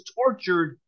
tortured